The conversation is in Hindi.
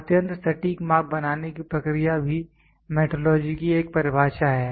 अत्यंत सटीक माप बनाने की प्रक्रिया भी मेट्रोलॉजी की एक परिभाषा है